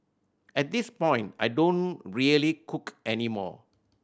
at this point I don't really cook any more